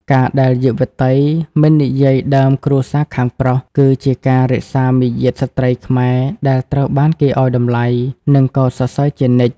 ការដែលយុវតី "មិននិយាយដើមគ្រួសារខាងប្រុស" គឺជាការរក្សាមារយាទស្ត្រីខ្មែរដែលត្រូវបានគេឱ្យតម្លៃ និងកោតសរសើរជានិច្ច។